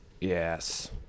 Yes